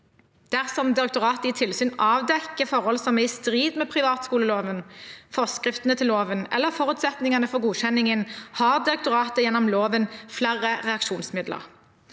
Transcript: Dersom direktoratet i tilsyn avdekker forhold som er i strid med privatskoleloven, forskriftene til loven eller forutsetningene for godkjenningen, har direktoratet gjennom loven flere reaksjonsmidler.